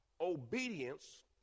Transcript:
Obedience